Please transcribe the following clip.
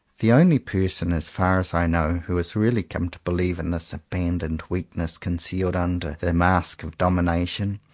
the only person as far as i know who has really come to believe in this abandoned weakness concealed under the mask of domination,